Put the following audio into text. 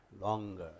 longer